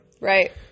Right